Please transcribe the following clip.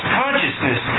consciousness